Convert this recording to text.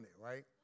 right